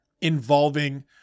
involving